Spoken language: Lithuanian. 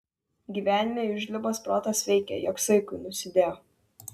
gyvenime jų žlibas protas veikė jog saikui nusidėjo